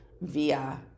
via